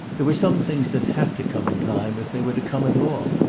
there were some things that had to come in time if they were to come at all.